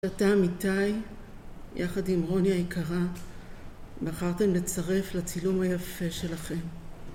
אתה איתי, יחד עם רוני היקרה, בחרתם לצרף לצילום היפה שלכם.